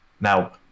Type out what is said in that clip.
Now